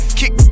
kick